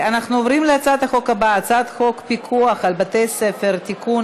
אנחנו עוברים להצעת החוק הבאה: הצעת חוק פיקוח על בתי-ספר (תיקון,